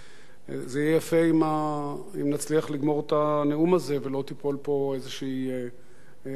זה יהיה יפה אם נצליח לגמור את הנאום הזה ולא תיפול פה איזו הפסקת חשמל.